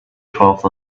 twelfth